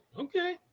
okay